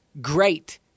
Great